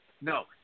No